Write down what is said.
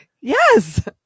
Yes